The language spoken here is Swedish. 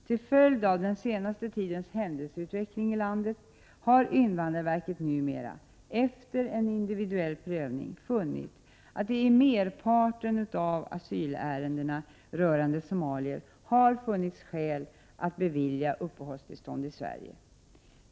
Till följd av den senaste tidens händelseutveckling i det landet har invandrarverket numera — efter en individuell prövning — funnit att det i merparten av asylärendena rörande somalier har funnits skäl att bevilja uppehållstillstånd i Sverige.